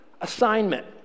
assignment